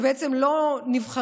זה בעצם לא נבחרים,